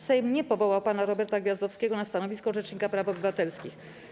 Sejm nie powołał pana Roberta Gwiazdowskiego na stanowisko rzecznika praw obywatelskich.